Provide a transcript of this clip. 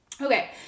Okay